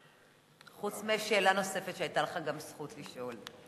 חוץ משאלה נוספת שהיתה לך גם זכות לשאול.